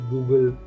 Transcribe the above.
Google